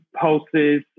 pulses